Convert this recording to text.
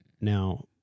Now